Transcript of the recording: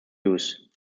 use